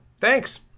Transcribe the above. thanks